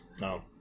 No